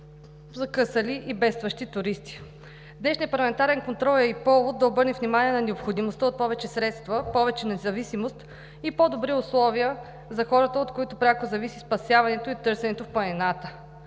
закъсали и бедстващи туристи. Днешният парламентарен контрол е и повод да обърнем внимание на необходимостта от повече средства, повече независимост и по-добри условия за хората, от които пряко зависи спасяването и търсенето в планината.